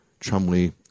Chumley